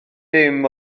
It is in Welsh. dim